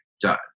done